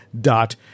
dot